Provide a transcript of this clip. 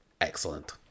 Excellent